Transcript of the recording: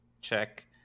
check